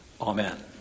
Amen